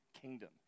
kingdom